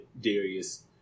Darius